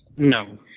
No